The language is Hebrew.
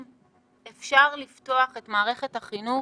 חברים, אפשר לפתוח את מערכת החינוך